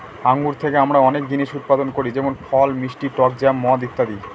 আঙ্গুর থেকে আমরা অনেক জিনিস উৎপাদন করি যেমন ফল, মিষ্টি টক জ্যাম, মদ ইত্যাদি